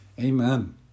Amen